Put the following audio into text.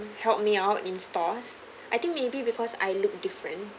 help me out in stores I think maybe because I looked different